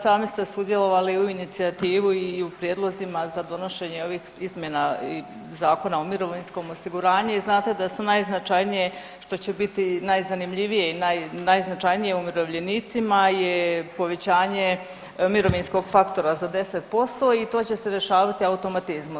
Sami ste sudjelovali u inicijativi i u prijedlozima za donošenje ovih izmjena Zakona o mirovinskom osiguranju i znate da su najznačajnije što će biti najzanimljivije i najznačajnije umirovljenicima je povećanje mirovinskog faktora za 10% i to će se rješavati automatizmom.